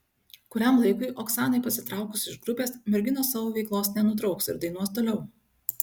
kuriam laikui oksanai pasitraukus iš grupės merginos savo veiklos nenutrauks ir dainuos toliau